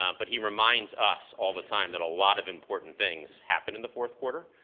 um but he reminds us all the time that a lot of important things happened in the fourth quarter.